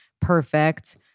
perfect